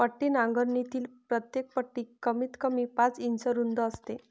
पट्टी नांगरणीतील प्रत्येक पट्टी कमीतकमी पाच इंच रुंद असते